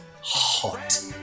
hot